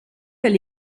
elle